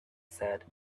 said